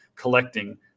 collecting